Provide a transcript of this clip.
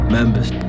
Members